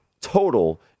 total